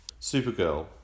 Supergirl